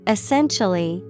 Essentially